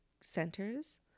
centers